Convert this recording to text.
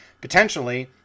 potentially